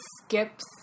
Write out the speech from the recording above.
skips